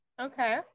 Okay